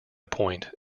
point